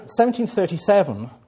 1737